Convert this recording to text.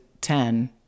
ten